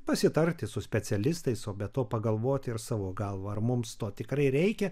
pasitarti su specialistais o be to pagalvoti ir savo galva ar mums to tikrai reikia